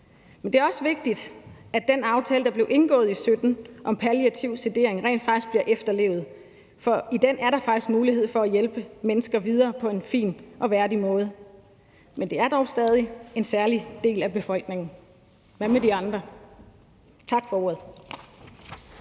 Men det er også vigtigt, at den aftale, der blev indgået i 2017, om palliativ sedering rent faktisk bliver efterlevet, for i den er der faktisk mulighed for at hjælpe mennesker videre på en fin og værdig måde. Men det er dog stadig en særlig del af befolkningen – hvad med de andre? Tak for ordet.